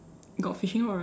got fishing rod right